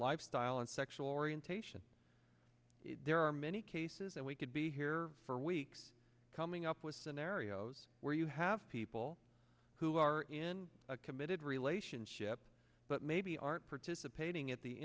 lifestyle and sexual orientation there are many cases and we could be here for weeks coming up with scenarios where you have people who are in a committed relationship but maybe aren't participating at the